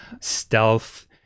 stealth